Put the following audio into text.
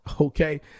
okay